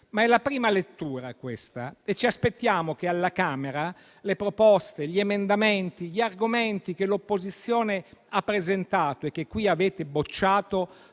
Ma è la prima lettura, questa, e ci aspettiamo che alla Camera le proposte, gli emendamenti, gli argomenti che l'opposizione ha presentato e che qui avete respinto